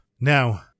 Now